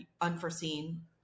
unforeseen